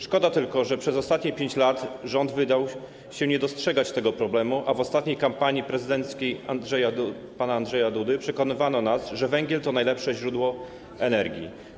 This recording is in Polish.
Szkoda tylko, że przez ostatnie 5 lat rząd wydawał się nie dostrzegać tego problemu, a w ostatniej kampanii prezydenckiej pana Andrzeja Dudy przekonywano nas, że węgiel to najlepsze źródło energii.